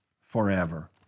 forever